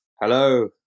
Hello